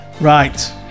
right